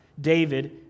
David